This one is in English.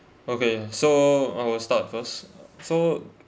okay so I will start first so